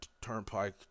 Turnpike